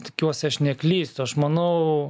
tikiuosi aš neklystu aš manau